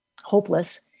hopeless